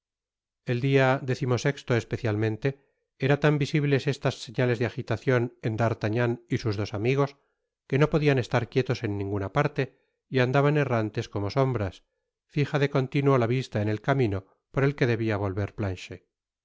el dia décimo sesto especialmente eran tan visibles estas señales de agitacion en d'artagnan y sus dos amigos que no podían estar quietes en ninguna parte y andaban errantes como sombras fija de continuo la vista en el camino por el que debia volver ptanchet